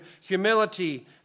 humility